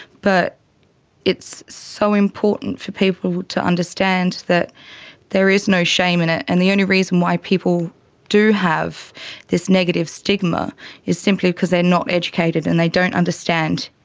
but it's so important for people to understand that there is no shame in it, and the only reason why people do have this negative stigma is simply because they're not educated and they don't understand.